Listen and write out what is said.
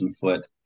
foot